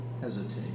hesitate